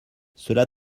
cela